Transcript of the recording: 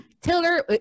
Taylor